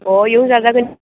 अ बेयाव जाजागोन